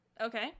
Okay